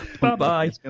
Bye-bye